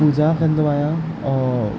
पूॼा कंदो आहियां